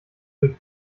durch